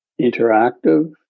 interactive